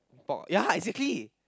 talk ya exactly